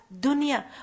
Dunya